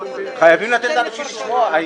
חייבים לתת לאנשים לשמוע.